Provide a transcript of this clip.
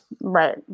Right